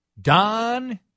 Don